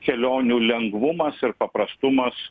kelionių lengvumas ir paprastumas